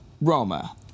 Roma